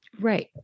Right